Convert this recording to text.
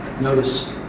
Notice